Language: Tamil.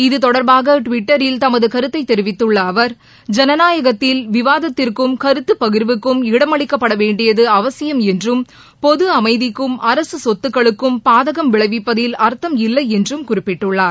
இது தொடர்பாக டுவிட்டரில் தமது கருத்தை தெரிவித்துள்ள அவர் ஜனநாயகத்தில் விவாதத்திற்கும் கருத்து பகிர்வுக்கும் இடமளிக்கப்பட வேண்டியது அவசியம் என்றும் பொது அமைதிக்கும் அரசு சொத்துக்களுக்கும் பாதகம் விளைவிப்பதில் அர்த்தம் இல்லை என்றும் குறிப்பிட்டுள்ளார்